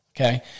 Okay